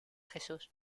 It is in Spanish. jesús